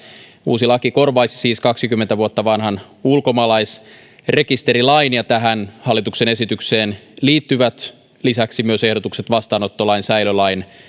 uusi laki korvaisi siis kaksikymmentä vuotta vanhan ulkomaalaisrekisterilain ja tähän hallituksen esitykseen liittyvät myös ehdotukset vastaanottolain säilölain